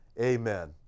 amen